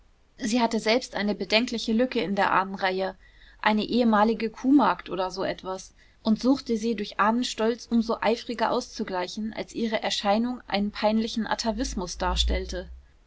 sie hatte selbst eine bedenkliche lücke in der ahnenreihe eine ehemalige kuhmagd oder so etwas und suchte sie durch ahnenstolz um so eifriger auszugleichen als ihre erscheinung einen peinlichen atavismus darstellte